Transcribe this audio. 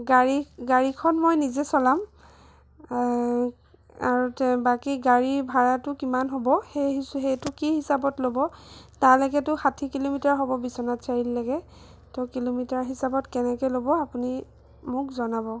গাড়ী গাড়ীখন মই নিজে চলাম বাকী গাড়ী ভাড়াটো কিমান হ'ব সেইটো কি হিচাপত ল'ব তালৈকেতো ষাঠি কিলোমিটাৰ হ'ব বিশ্বনাথ চাৰিআলিলৈকে ত' কিলোমিটাৰ হিচাপত কেনেকৈ ল'ব আপুনি মোক জনাব